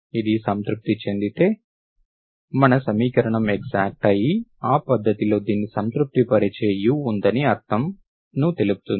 ఇది సంతృప్తి చెందితే మన ఈ సమీకరణం ఎక్సాక్ట్ అయ్యి ఆ పద్ధతి లో దీన్ని సంతృప్తి పరిచే u ఉందని అర్ధంను తెలుపుతుంది